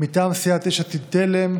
מטעם סיעת יש עתיד-תל"ם,